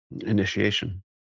Initiation